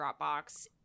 Dropbox